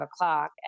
o'clock